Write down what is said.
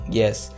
yes